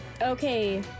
Okay